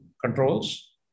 controls